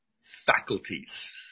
faculties